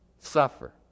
suffer